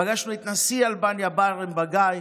פגשנו את נשיא אלבניה ביירם בגאיי,